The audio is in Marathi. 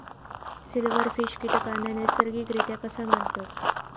सिल्व्हरफिश कीटकांना नैसर्गिकरित्या कसा मारतत?